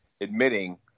admitting